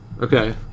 Okay